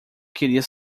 queria